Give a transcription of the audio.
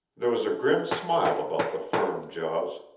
there was a grim smile about the firm jaws,